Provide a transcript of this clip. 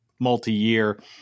multi-year